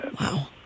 Wow